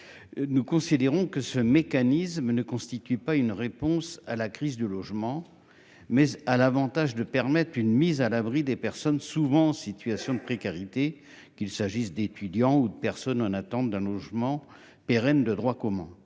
Nous considérons que ce mécanisme ne constitue pas une réponse à la crise du logement mais a l'Avantage de permettre une mise à l'abri des personnes souvent en situation de précarité, qu'il s'agisse d'étudiants ou de personnes en attente d'un logement pérenne de droit commun.